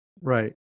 Right